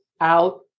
out